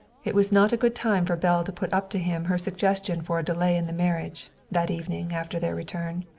it was not a good time for belle to put up to him her suggestion for a delay in the marriage, that evening after their return.